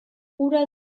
hura